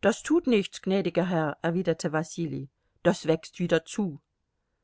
das tut nichts gnädiger herr erwiderte wasili das wächst wieder zu